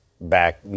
back